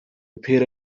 repair